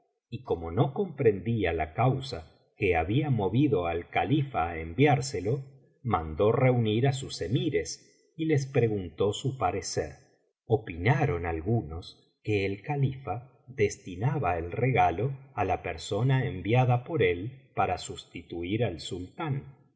y como no comprendía la causa que había movido al califa á enviárselo mandó reunir á sus emires y les preguntó su parecer opinaron biblioteca valenciana generalitat vafenciana historia de dulce amiga algunos que el califa destinaba el regalo á la persona enviada por él para sustituir al sultán